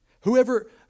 Whoever